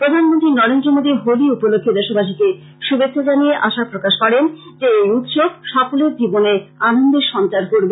প্রধানমন্ত্রী নরন্দ্র মোদী হোলি উপলক্ষ্যে দেশবাসীকে শুভেচ্ছা জানিয়ে আশা প্রকাশ করেন যে এই উৎসব সকলের জীবনে আনন্দের সঞ্চার করবে